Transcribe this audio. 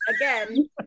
Again